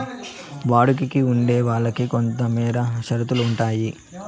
బాడుగికి ఉండే వాళ్ళకి కొంతమేర షరతులు ఉంటాయి